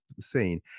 seen